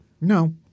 No